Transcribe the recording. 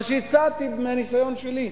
ממה שהצעתי מהניסיון שלי,